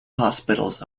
hospitals